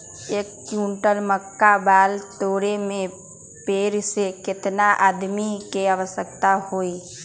एक क्विंटल मक्का बाल तोरे में पेड़ से केतना आदमी के आवश्कता होई?